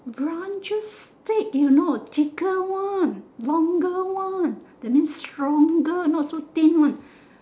branches stick you know thicker one longer one that means stronger not so thin one